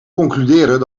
concluderen